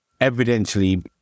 evidently